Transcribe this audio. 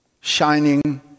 shining